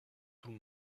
tout